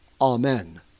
Amen